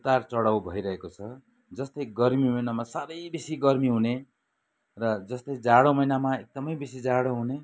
उतारचढाउ भइरहेको छ जस्तै गर्मी महिनामा साह्रै बेसी गर्मी हुने र जस्तै जाडो महिनामा एकदमै बेसी जाडो हुने